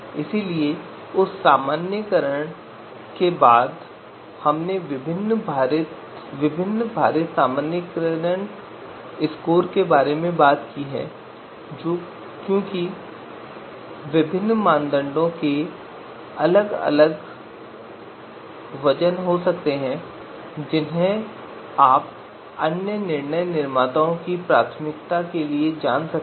इसलिए उस सामान्यीकरण के बाद हमने भारित सामान्यीकरण स्कोर के बारे में बात की क्योंकि विभिन्न मानदंडों के अलग अलग वजन हो सकते हैं जिन्हें आप निर्णय निर्माताओं की प्राथमिकताओं के बारे में जानते हैं